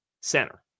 center